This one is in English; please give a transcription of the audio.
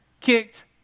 kicked